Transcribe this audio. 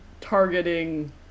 targeting